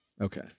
Okay